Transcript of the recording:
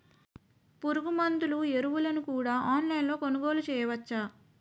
పురుగుమందులు ఎరువులను కూడా ఆన్లైన్ లొ కొనుగోలు చేయవచ్చా?